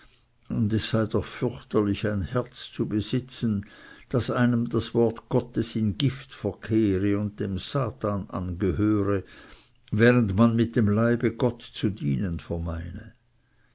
und es sei doch fürchterlich ein herz zu besitzen das einem das wort gottes in gift verkehre und dem satan angehöre während man mit dem leibe gott zu dienen